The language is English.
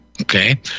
Okay